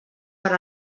per